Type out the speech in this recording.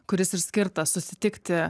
kuris ir skirtas susitikti